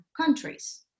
countries